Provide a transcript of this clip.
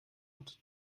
und